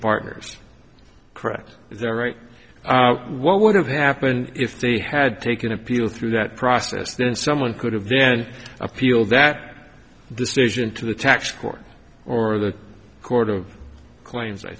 partners correct there right now what would have happened if they had taken appeal through that process then someone could have then appealed that decision to the tax court or the court of claims i